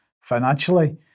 financially